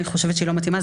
היא חושבת שהיא לא מתאימה.